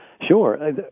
Sure